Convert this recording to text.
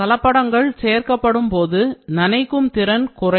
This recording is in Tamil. கலப்படங்கள் சேர்க்கப்படும்போது நனைக்கும் திறன் குறையும்